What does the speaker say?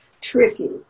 tricky